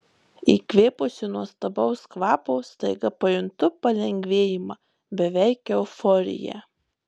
įkvėpusi nuostabaus kvapo staiga pajuntu palengvėjimą beveik euforiją